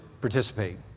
participate